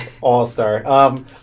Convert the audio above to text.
All-star